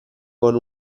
con